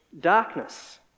darkness